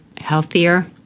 healthier